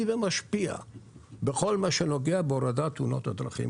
ומשפיע בכל מה שנוגע בהורדת תאונות הדרכים.